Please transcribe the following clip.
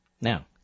Now